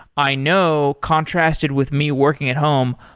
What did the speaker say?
i know contrasted with me working at home,